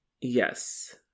yes